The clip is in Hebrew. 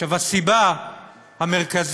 עכשיו, הסיבה המרכזית